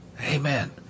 Amen